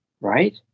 right